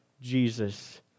Jesus